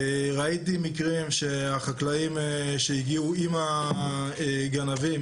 ראיתי מקרים שהחקלאים שהגיעו עם הגנבים